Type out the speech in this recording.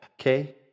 Okay